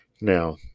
now